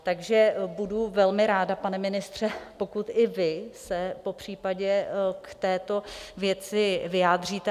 Takže budu velmi ráda, pane ministře, pokud i vy se popřípadě k této věci vyjádříte.